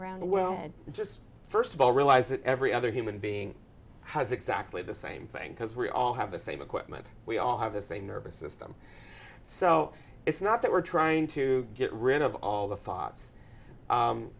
around well just first of all realize that every other human being has exactly the same thing because we all have the same equipment we all have the same nervous system so it's not that we're trying to get rid of all the thoughts